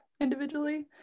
individually